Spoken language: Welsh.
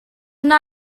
wna